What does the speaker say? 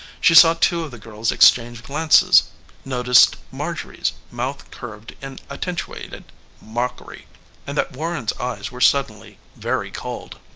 she saw two of the girls exchange glances noticed marjorie's mouth curved in attenuated mockery and that warren's eyes were suddenly very cold.